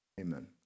amen